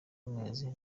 amezi